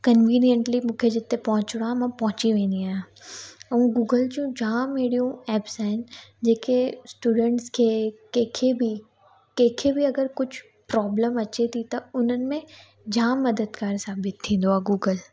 conveniently मूंखे जिते पहुंचणो आहे मां पहुची वेंदी आहियां ऐं गूगल जूं जाम अहिड़ियूं एप्स आहिनि जेके स्टूडेंट्स खे कंहिंखे बि कंहिंखे बि अगरि कुझु प्रॉब्लम अचे थी त उन्हनि में जाम मददगार साबित थींदो आहे गूगल